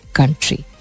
country